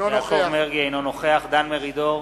אינו נוכח דן מרידור,